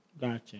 Gotcha